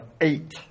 eight